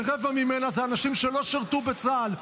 שרבע ממנה זה אנשים שלא שירתו בצה"ל,